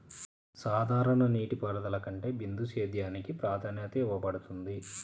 సాధారణ నీటిపారుదల కంటే బిందు సేద్యానికి ప్రాధాన్యత ఇవ్వబడుతుంది